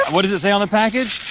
what does it say on the package?